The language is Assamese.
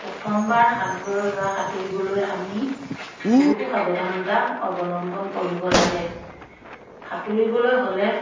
প্ৰথমবাৰ সাঁতোৰলৈ যোৱা সাঁতুৰিবলৈ আমি বহুতো সাৱধানতা অৱলম্বন কৰিব লাগে সাঁতুৰিবলৈ হ'লে